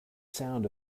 sound